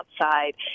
outside